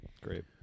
Great